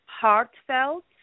heartfelt